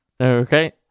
Okay